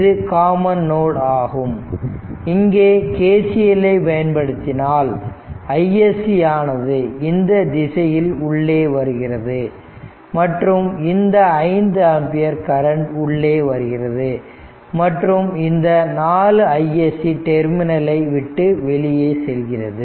இது common node ஆகும் இங்கே KCL ல்லை பயன்படுத்தினால் iSC ஆனது இந்த திசையில் உள்ளே வருகிறது மற்றும் இந்த 5 ஆம்பியர் கரண்ட் உள்ளே வருகிறது மற்றும் இந்த 4 iSC டெர்மினல் ஐ விட்டு வெளியே செல்கிறது